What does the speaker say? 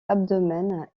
abdomen